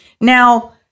Now